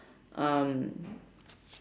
um